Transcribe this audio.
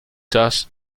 just